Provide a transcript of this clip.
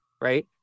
right